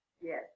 Yes